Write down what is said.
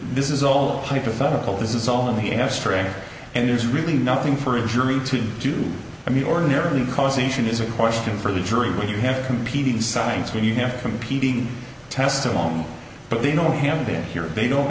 this is all hypothetical this is all in the abstract and there's really nothing for a jury to do i mean ordinarily causation is a question for the jury when you have competing science when you have competing testimony but they know him didn't hear they don't